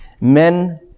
men